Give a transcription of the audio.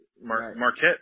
Marquette